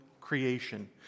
creation